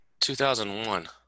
2001